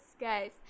guys